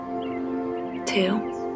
two